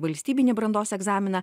valstybinį brandos egzaminą